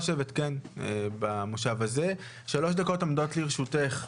שלוש דקות עומדות לרשותך.